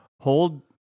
Hold